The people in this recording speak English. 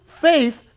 faith